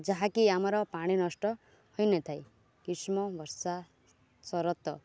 ଯାହାକି ଆମର ପାଣି ନଷ୍ଟ ହୋଇନଥାଏ ଗ୍ରୀଷ୍ମ ବର୍ଷା ଶରତ